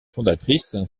fondatrice